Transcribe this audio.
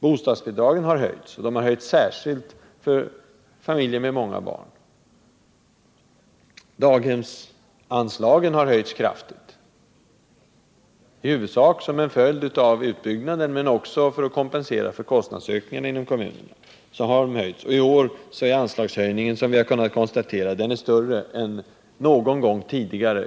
Bostadsbidragen har höjts, särskilt för familjer med många barn. Daghemsanslagen har höjts kraftigt, huvudsakligen som en följd av utbyggnaden men också för att kompensera för kostnadsökningarna inom kommunerna. I årets budget är anslagshöjningen, som vi kunnat konstatera, större än någon gång tidigare.